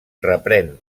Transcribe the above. reprèn